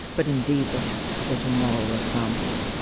but indeed, they have to set a moral example.